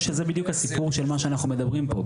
בדיוק הסיפור של מה שאנחנו מדברים פה.